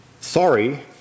Sorry